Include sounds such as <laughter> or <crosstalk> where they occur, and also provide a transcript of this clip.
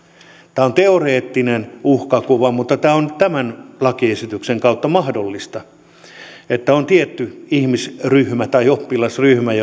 tämä on teoreettinen uhkakuva mutta tämä on tämän lakiesityksen kautta mahdollista tietyn ihmisryhmän tai oppilasryhmän <unintelligible>